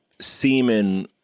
semen